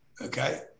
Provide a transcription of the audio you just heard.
okay